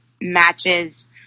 matches